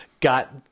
got